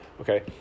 Okay